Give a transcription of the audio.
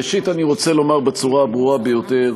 ראשית, אני רוצה לומר בצורה הברורה ביותר: